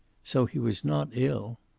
so he was not ill.